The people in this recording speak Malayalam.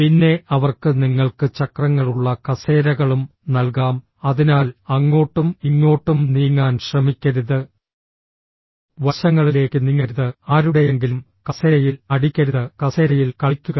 പിന്നെ അവർക്ക് നിങ്ങൾക്ക് ചക്രങ്ങളുള്ള കസേരകളും നൽകാം അതിനാൽ അങ്ങോട്ടും ഇങ്ങോട്ടും നീങ്ങാൻ ശ്രമിക്കരുത് വശങ്ങളിലേക്ക് നീങ്ങരുത് ആരുടെയെങ്കിലും കസേരയിൽ അടിക്കരുത് കസേരയിൽ കളിക്കുക